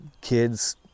kids